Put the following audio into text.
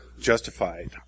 justified